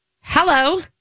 Hello